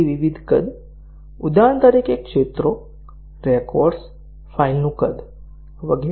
વિવિધ કદ ઉદાહરણ તરીકે ક્ષેત્રો રેકોર્ડ્સ ફાઇલનું કદ વગેરે